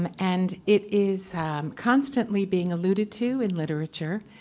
um and it is constantly being alluded to in literature.